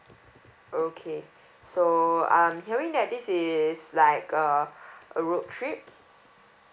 okay so I'm hearing that this is like uh a road trip